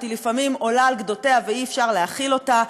לפעמים עולה על גדותיה ואי-אפשר להכיל אותה.